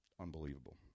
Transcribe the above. unbelievable